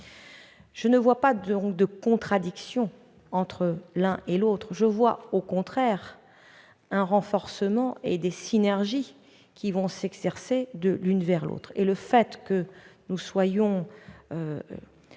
Je ne vois pas de contradiction entre l'un et l'autre ; je vois au contraire un renforcement et des synergies qui vont s'exercer de l'un vers l'autre. En outre, le fait que nous soyons